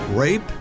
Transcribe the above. Rape